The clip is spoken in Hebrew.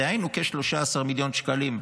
דהיינו כ-13 מיליון שקלים.